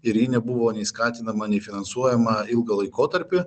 ir ji nebuvo nei skatinama nei finansuojama ilgą laikotarpį